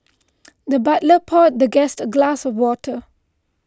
the butler poured the guest a glass of water